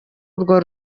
urwo